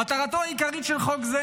מטרתו העיקרית של חוק זה